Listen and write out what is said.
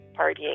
partying